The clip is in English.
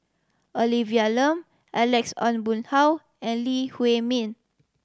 Olivia Lum Alex Ong Boon Hau and Lee Huei Min